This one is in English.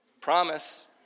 Promise